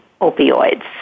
opioids